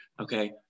Okay